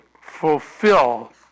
fulfill